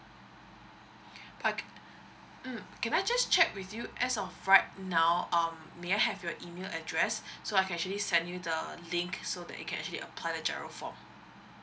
park mm can I just check with you as of right now um may I have your email address so I can actually send you the link so that you can actually apply the G_I_R_O for